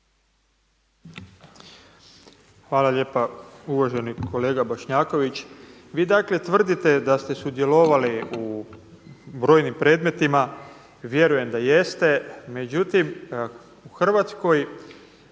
Hvala lijepa uvaženi kolega Bošnjaković. Vi dakle tvrdite da ste sudjelovali u brojnim predmetima, vjerujem da jeste, međutim u Hrvatskoj